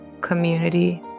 community